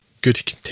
good